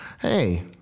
hey